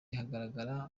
hagaragara